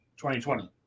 2020